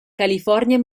california